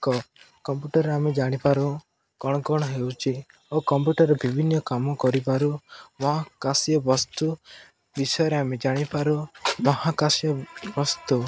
computer ଆମେ ଜାଣିପାରୁ କ'ଣ କ'ଣ ହେଉଛି ଆଉ କମ୍ପ୍ୟୁଟରରେ ବିଭିନ୍ନ କାମ କରିପାରୁ ମହାକାଶ ବସ୍ତୁ ବିଷୟରେ ଆମେ ଜାଣିପାରୁ ମହାକାଶୀୟ ବସ୍ତୁ